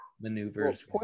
maneuvers